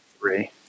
three